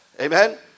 Amen